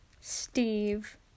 steve